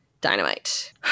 dynamite